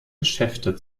geschäfte